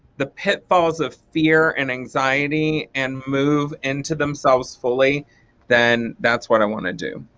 the pitfalls of fear and anxiety and move into themselves fully then that's what i want to do.